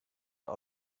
are